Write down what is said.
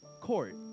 court